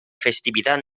festividad